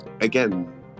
again